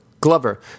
Glover